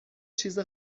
چیز